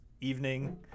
evening